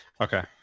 Okay